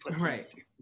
right